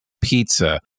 pizza